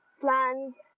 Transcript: plans